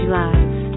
lives